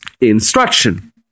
instruction